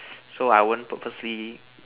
so I won't purposely